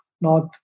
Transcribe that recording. north